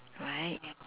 right